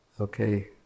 okay